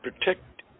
protect